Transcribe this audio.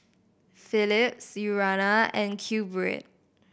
Philips Urana and Q Bread